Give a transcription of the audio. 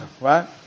right